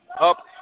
up